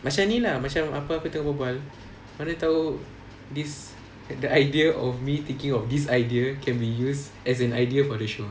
macam ni lah macam apa aku tengah berbual mana tahu this the idea of me thinking of this idea can be used as an idea for the show